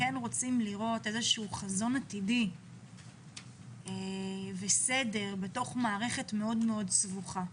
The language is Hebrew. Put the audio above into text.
רוצים לראות איזשהו חזון עתידי וסדר בתוך מערכת מאוד סבוכה,